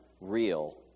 real